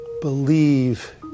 believe